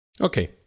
Okay